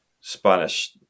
spanish